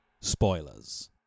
spoilers